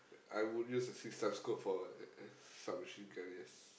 I would use a six time scope for a a sub-machine carriers